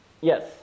Yes